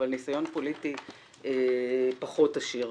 אבל ניסיון פוליטי פחות עשיר.